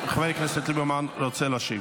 חבר הכנסת ליברמן רוצה להשיב.